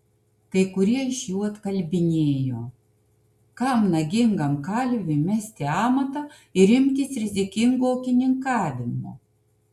kai kurie iš jų atkalbinėjo kam nagingam kalviui mesti amatą ir imtis rizikingo ūkininkavimo